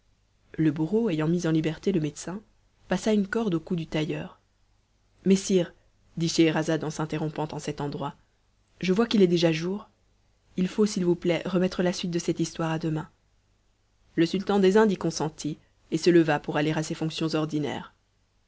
le bourreau ayant mis en liberté le médecin passa une corde au cou du tailleur mais sire dit scheherazade en s'interrompant en cet endroit je vois qu'il est déjà jour il faut s'il vous plaît remettre la suite de cette histoire à demain le sultan des indes y consentit et se leva pour aller à ses fonctions ordinaires